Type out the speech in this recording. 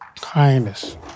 kindness